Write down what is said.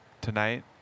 tonight